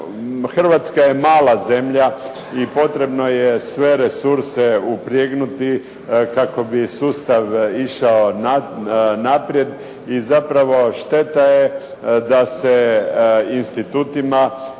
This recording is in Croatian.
Hrvatska je mala zemlja i potrebno je sve resurse upregnuti kako bi sustav išao naprijed i zapravo šteta je da se institutima